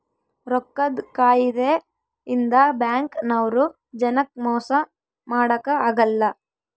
ರೊಕ್ಕದ್ ಕಾಯಿದೆ ಇಂದ ಬ್ಯಾಂಕ್ ನವ್ರು ಜನಕ್ ಮೊಸ ಮಾಡಕ ಅಗಲ್ಲ